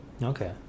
Okay